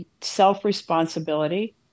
self-responsibility